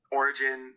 origin